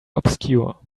obscure